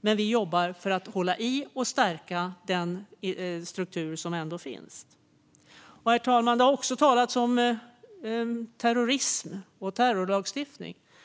Vi jobbar dock för att hålla i och stärka den struktur som ändå finns. Herr talman! Det har också talats om terrorism och terrorlagstiftning.